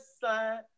side